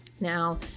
Now